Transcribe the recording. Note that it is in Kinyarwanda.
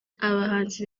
abahanzi